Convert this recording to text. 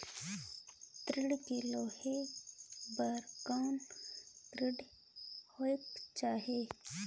ऋण लेहे बर कौन क्रेडिट होयक चाही?